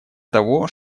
того